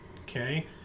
okay